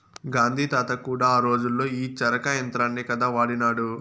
గాంధీ తాత కూడా ఆ రోజుల్లో ఈ చరకా యంత్రాన్నే కదా వాడినాడు